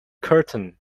curtain